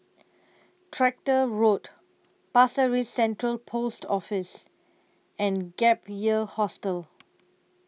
Tractor Road Pasir Ris Central Post Office and Gap Year Hostel